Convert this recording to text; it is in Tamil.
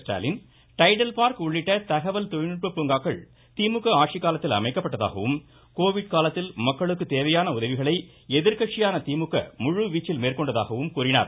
ஸ்டாலின் டைடல் பார்க் உள்ளிட்ட தகவல் தொழில்நுட்ப பூங்காக்கள் திமுக ஆட்சி காலத்தில் அமைக்கப்பட்டதாகவும் கோவிட் காலத்தில் மக்களுக்கு தேவையான உதவிகளை எதிர்கட்சியான திமுக முழுவீச்சில் மேற்கொண்டதாகவும் கூறினார்